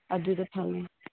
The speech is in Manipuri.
ꯑꯗꯨꯗ ꯐꯪꯉꯦ